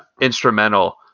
instrumental